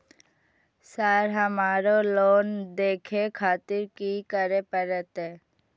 Sir हमरो loan देखें खातिर की करें परतें?